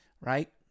right